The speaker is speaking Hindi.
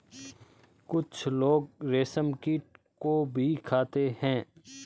कुछ लोग रेशमकीट को खाते भी हैं